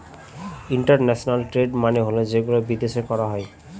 international trade মানে হল যেগুলো বিদেশে করা হয়